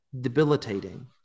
debilitating